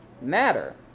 matter